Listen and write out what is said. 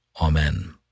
Amen